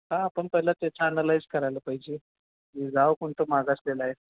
हां आपण पहिलं त्याच अनालाईज करायला पाहिजे की गाव कोणतं मागासलेला आहे